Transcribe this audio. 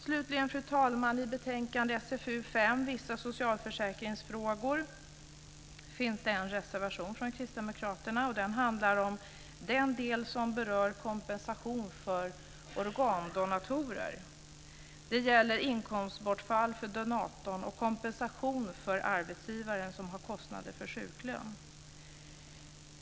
Slutligen, fru talman, finns det i betänkandet SfU5 Vissa socialförsäkringsfrågor en reservation från kristdemokraterna som handlar om kompensation för organdonatorer. Det gäller inkomstbortfall för donatorn och kompensation för arbetsgivaren som har kostnader för sjuklön.